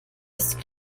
ist